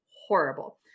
horrible